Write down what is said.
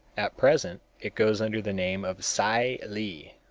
at present it goes under the name of tsai li,